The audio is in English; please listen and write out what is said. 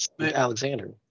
Alexander